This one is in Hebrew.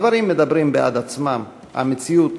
הדברים מדברים בעד עצמם: המציאות